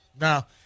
Now